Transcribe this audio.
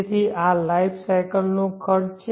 તેથી આ life cycle નો ખર્ચ છે